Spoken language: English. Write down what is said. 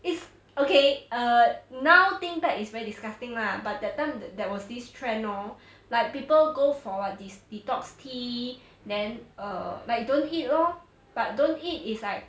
it's okay err now think back it's very disgusting lah but that time that there was this trend lor like people go for [what] these detox tea then err like don't eat lor but don't eat is like